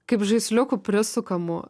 kaip žaisliuku prisukamu